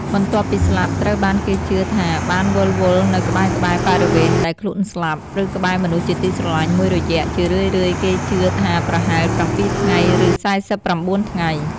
បន្ទាប់ពីស្លាប់ត្រូវបានគេជឿថាបាន វិលវល់នៅក្បែរៗបរិវេណដែលខ្លួនស្លាប់ ឬក្បែរមនុស្សជាទីស្រឡាញ់មួយរយៈ ជារឿយៗគេជឿថាប្រហែល៧ថ្ងៃ ឬ៤៩ ថ្ងៃ។